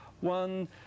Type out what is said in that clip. one